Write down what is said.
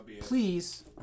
Please